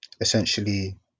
essentially